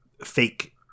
fake